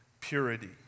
purity